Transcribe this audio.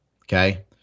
okay